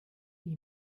die